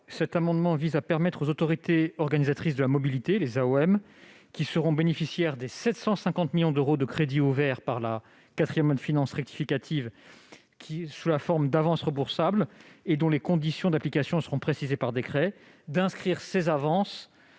Rambaud vise à permettre aux autorités organisatrices de la mobilité (AOM), qui seront bénéficiaires des 750 millions d'euros de crédits ouverts par la quatrième loi de finances rectificative sous la forme d'avances remboursables dont les conditions d'application seront précisées par décret, d'inscrire ces avances